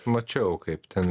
mačiau kaip ten